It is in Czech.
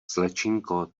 slečinko